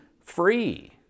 free